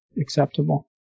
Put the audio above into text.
acceptable